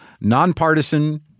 nonpartisan